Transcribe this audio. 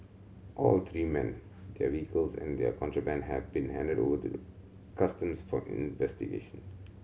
all three men their vehicles and the contraband have been handed over to Customs for investigation